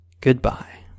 goodbye